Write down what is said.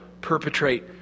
perpetrate